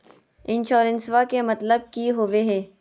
इंसोरेंसेबा के मतलब की होवे है?